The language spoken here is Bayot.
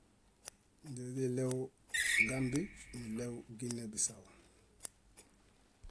Ñaźiɭew gambi niɭew gíne bisaw